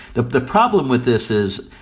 the the problem with this is,